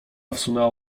wsunęła